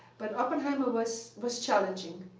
but oppenheimer was was challenging.